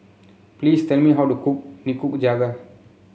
please tell me how to cook Nikujaga